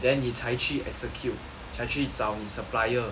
then 你才去 execute 才去找你 supplier